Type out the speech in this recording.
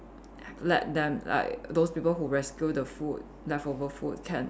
let them like those people who rescue the food leftover food can